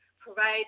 provide